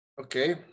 Okay